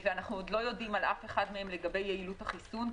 ואנחנו לא יודעים על אף אחד מהם לגבי יעילות החיסון.